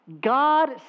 God